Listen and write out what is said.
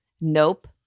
Nope